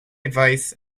advice